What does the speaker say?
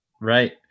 right